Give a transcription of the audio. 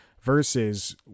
versus